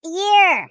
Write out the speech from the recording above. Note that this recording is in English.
year